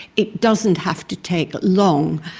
it doesn't have to take long,